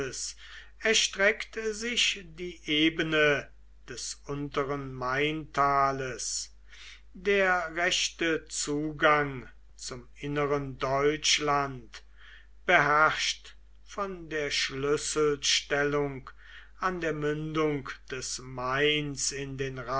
erstreckt sich die ebene des unteren maintales der rechte zugang zum inneren deutschland beherrscht von der schlüsselstellung an der mündung des mains in den